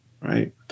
right